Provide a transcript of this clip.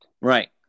Right